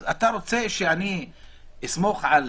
אז אתה רוצה שאני אסמוך על